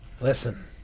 Listen